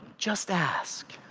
just ask.